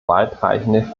weitreichende